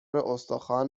استخوان